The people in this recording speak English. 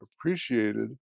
appreciated